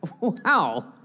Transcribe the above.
Wow